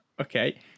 Okay